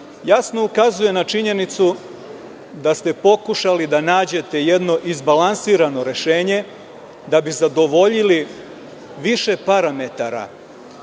jasno ukazuje na činjenicu da ste pokušali da nađete jedno izbalansirano rešenje, da bi zadovoljili više parametara